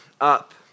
up